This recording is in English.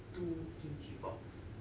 two kimchi box